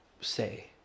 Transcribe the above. say